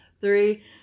three